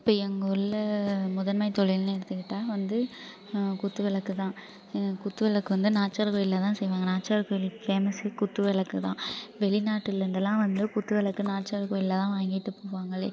இப்போ எங்கூரில் முதன்மைத் தொழில்னு எடுத்துக்கிட்டால் வந்து குத்துவிளக்கு தான் குத்துவிளக்கு வந்து நாச்சியார் கோவில்ல தான் செய்வாங்க நாச்சியார் கோவில்ல ஃபேமஸே குத்துவிளக்கு தான் வெளிநாட்டில் இருந்துலாம் வந்து குத்துவிளக்கு நாச்சியார் கோவில்ல தான் வாங்கிட்டு போவாங்களே